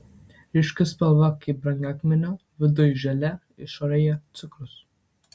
ryški spalva kaip brangakmenio viduj želė išorėje cukrus